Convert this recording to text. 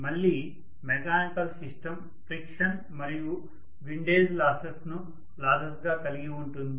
మళ్లీ mechanical system friction మరియు windage losses ను లాసెస్ గా కలిగి ఉంటుంది